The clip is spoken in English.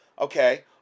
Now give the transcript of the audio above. Okay